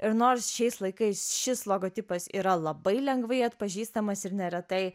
ir nors šiais laikais šis logotipas yra labai lengvai atpažįstamas ir neretai